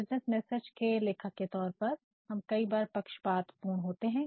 business message के लेखक के तौर पर हम कई बार पक्षपातपूर्ण होते हैं